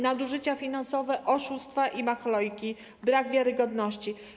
Nadużycia finansowe, oszustwa i machlojki, brak wiarygodności.